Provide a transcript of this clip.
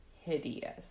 hideous